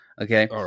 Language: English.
Okay